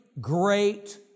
great